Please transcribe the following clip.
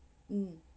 mm